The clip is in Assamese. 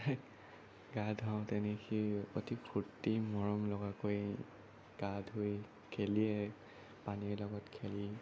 গা ধোৱাওঁতেনে সি অতি ফূৰ্তি মৰম লগা কৈ গা ধুই খেলিয়ে পানীৰ লগত খেলি